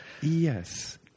yes